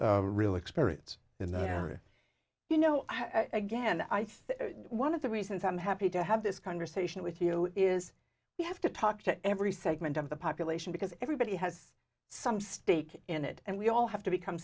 of real experience in that area you know again i think one of the reasons i'm happy to have this conversation with you is you have to talk to every segment of the population because everybody has some stake in it and we all have to become